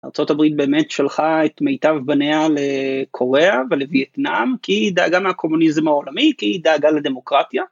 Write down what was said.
ארה״ב באמת שלחה את מיטב בניה לקוריאה ולוייטנאם כי היא דאגה מהקומוניזם העולמי, כי היא דאגה לדמוקרטיה.